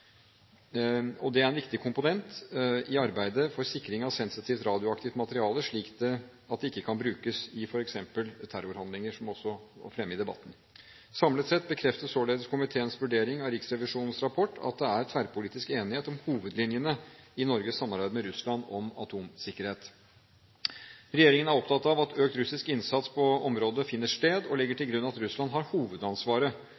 og miljø i grenseområdene. Det er en viktig komponent i arbeidet for sikring av sensitivt radioaktivt materiale slik at det ikke kan brukes i f.eks. terrorhandlinger, som også var fremme i debatten. Samlet sett bekrefter således komiteens vurdering av Riksrevisjonens rapport at det er tverrpolitisk enighet om hovedlinjene i Norges samarbeid med Russland om atomsikkerhet. Regjeringen er opptatt av at økt russisk innsats på området finner sted og legger